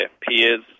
peers